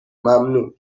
ممنون